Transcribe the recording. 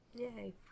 Yay